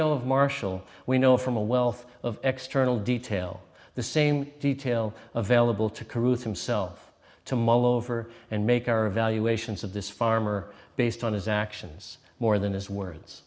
know of martial we know from a wealth of external detail the same detail available to crude himself to mull over and make our evaluations of this farmer based on his actions more than his